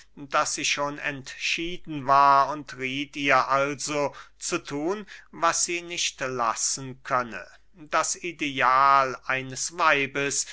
daß sie schon entschieden war und rieth ihr also zu thun was sie nicht lassen könne das ideal eines weibes